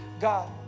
God